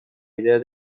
idea